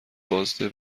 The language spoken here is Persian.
بازده